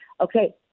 Okay